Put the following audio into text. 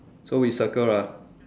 so we circle lah